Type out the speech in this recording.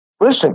Listen